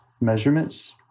measurements